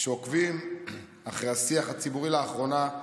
כשעוקבים אחר השיח הציבורי לאחרונה,